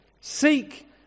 Seek